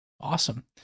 Awesome